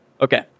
Okay